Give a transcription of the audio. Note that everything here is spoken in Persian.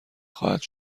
خواهد